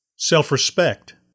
self-respect